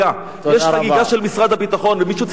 יש חגיגה של משרד הביטחון, ומישהו צריך לבדוק.